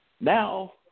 Now